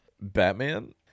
Batman